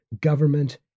government